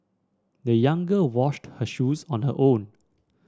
the young girl washed her shoes on her own